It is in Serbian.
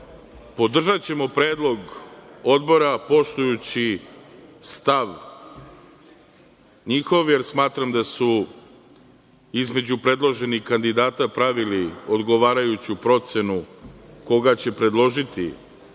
podržaćemo predlog odbora, poštujući stav njihov, jer smatram da su između predloženih kandidata pravili odgovarajuću procenu koga će predložiti,